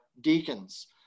deacons